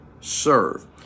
serve